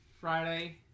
Friday